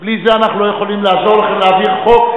בלי זה אנחנו לא יכולים לעזור לכם להעביר חוק,